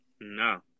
No